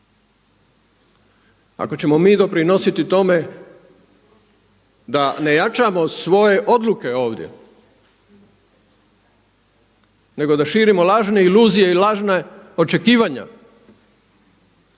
ako ćemo mi doprinositi tome da ne jačamo svoje odluke ovdje nego da širimo lažne iluzije i lažna očekivanja